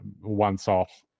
once-off